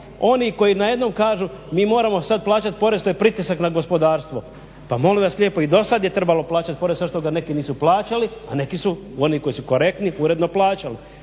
oni koji najednom kažu mi moramo sada plaćati porez, to je pritisak na gospodarstvo. Pa molim vas lijepo i dosad je trebalo plaćati porez samo što ga neki nisu plaćali a neki oni koji su korektni plaćali.